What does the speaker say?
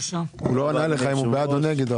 הוא לא ענה לך אם הוא בעד או נגד.